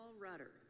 rudder